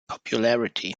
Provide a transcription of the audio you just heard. popularity